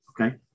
Okay